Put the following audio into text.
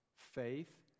Faith